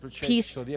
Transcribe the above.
peace